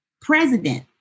president